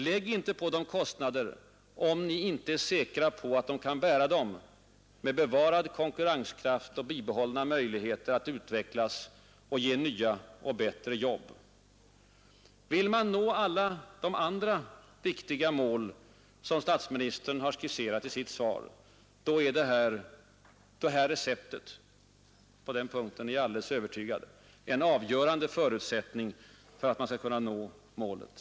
Lägg inte på dem kostnader om ni inte är säkra på att de kan bära dem med bevarad konkurrenskraft och bibehålla möjligheter att utvecklas och ge nya och bättre jobb! Vill man nå alla de andra viktiga mål som statsministern skisserat i sitt svar, då är det här receptet — på den punkten är jag övertygad — en avgörande förutsättning för att man skall kunna nå dem.